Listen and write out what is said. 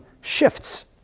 shifts